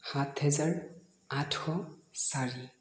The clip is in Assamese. সাত হেজাৰ আঠশ চাৰি